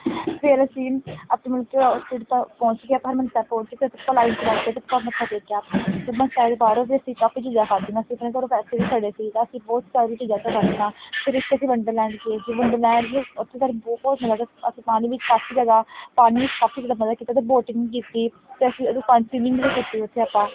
ਫਿਰ ਅਸੀਂ ਆਪਣੇ ਮਤਲਬ ਕਿ ਉਹ ਸੀਟ ਪਰ ਪਹੁੰਚ ਕੇ ਆਪਾਂ ਹਰਿਮੰਦਰ ਸਾਹਿਬ ਪਹੁੰਚ ਕੇ ਉੱਥੇ ਆਪਾਂ ਲਾਈਨ 'ਚ ਲੱਗ ਗਏ ਅਤੇ ਆਪਾਂ ਮੱਥਾ ਟੇਕਿਆ ਫਿਰ ਮੈਂ ਸਾਰੇ ਬਾਹਰੋਂ ਵੀ ਅਸੀਂ ਕਾਫੀ ਚੀਜ਼ਾਂ ਖਾਧੀਆਂ ਅਸੀਂ ਆਪਣੇ ਘਰੋਂ ਪੈਸੇ ਵੀ ਫੜੇ ਸੀ ਤਾਂ ਅਸੀਂ ਬਹੁਤ ਜ਼ਿਆਦਾ ਚੀਜ਼ਾ ਅਸਾਂ ਖਾਧੀਆਂ ਫਿਰ ਉੱਥੇ ਅਸੀਂ ਵੰਡਰਲੈਂਡ ਗਏ ਸੀ ਵੰਡਰਲੈਂਡ ਵੀ ਉੱਥੇ ਸਾਰੇ ਬਹੁਤ ਮਤਲਬ ਕਿ ਅਸੀਂ ਪਾਣੀ ਵਿੱਚ ਕਾਫੀ ਜ਼ਿਆਦਾ ਪਾਣੀ ਵਿੱਚ ਕਾਫੀ ਜ਼ਿਆਦਾ ਮਜ਼ਾ ਕੀਤਾ ਅਤੇ ਵੋਟਿੰਗ ਕੀਤੀ ਅਤੇ ਅਸੀਂ ਉਹਦੇ 'ਚ ਪਾਣੀ 'ਚ ਸਵੀਵਿੰਗ ਵੀ ਕੀਤੀ ਉੱਥੇ ਆਪਾਂ